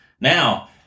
Now